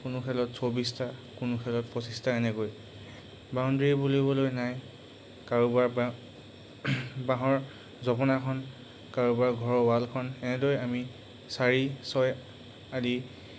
কোনো খেলত চৌবিছটা কোনো খেলত পঁচিছটা এনেকৈ বাউণ্ডৰী বুলিবলৈ নাই কাৰোবাৰ বাঁহৰ জপনাখন কাৰোবাৰ ঘৰৰ ৱালখন এনেদৰে আমি চাৰি ছয় আদি